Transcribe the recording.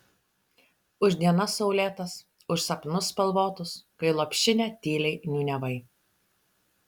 už dienas saulėtas už sapnus spalvotus kai lopšinę tyliai niūniavai